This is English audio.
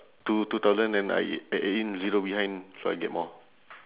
two two thousand and I add in zero behind so I get more